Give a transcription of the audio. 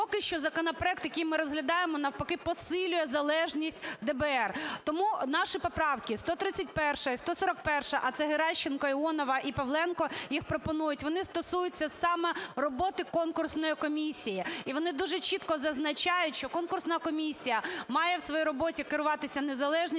Поки що законопроект, який ми розглядаємо, навпаки посилює залежність ДБР. Тому наші поправки 131-а і 141-а, а це Геращенко, Іонова і Павленко їх пропонують, вони стосуються саме роботи конкурсної комісії. І вони дуже чітко зазначають, що конкурсна комісія має в своїй роботі керуватися незалежністю,